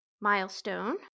milestone